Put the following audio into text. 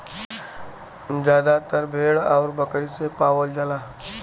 जादातर भेड़ आउर बकरी से पावल जाला